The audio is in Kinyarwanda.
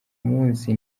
munsi